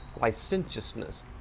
licentiousness